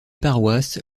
paroisses